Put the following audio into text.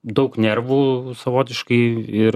daug nervų savotiškai ir